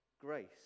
Grace